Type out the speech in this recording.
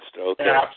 okay